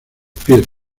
pies